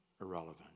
irrelevant